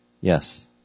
Yes